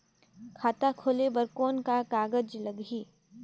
खाता खोले बर कौन का कागज लगही?